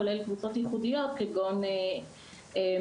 כולל קבוצות ייחודיות כגון חרדים,